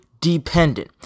dependent